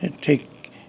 take